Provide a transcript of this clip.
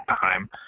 time